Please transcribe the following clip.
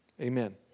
Amen